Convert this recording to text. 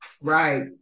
Right